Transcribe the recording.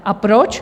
A proč?